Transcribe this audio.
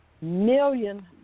million